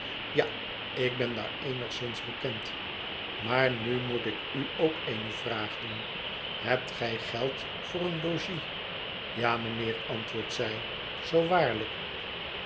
ja ik ben daar eenigszins bekend maar nu moet ik u ook eene vraag doen hebt gij geld voor een logies ja mijnheer antwoordt zij zoo waarlijk